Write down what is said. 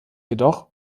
jedoch